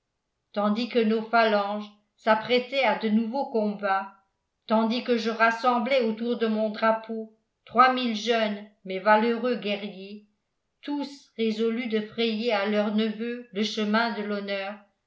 tandis que nos phalanges s'apprêtaient à de nouveaux combats tandis que je rassemblais autour de mon drapeau trois mille jeunes mais valeureux guerriers tous résolus de frayer à leurs neveux le chemin de l'honneur